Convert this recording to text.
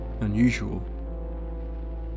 unusual